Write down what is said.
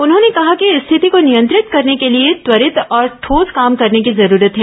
उन्होंने कहा कि स्थिति को नियंत्रित करने के लिए त्वरित और ठोस काम करने की जरूरत है